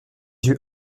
yeux